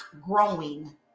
growing